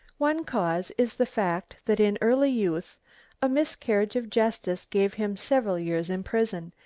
one cause is the fact that in early youth a miscarriage of justice gave him several years in prison,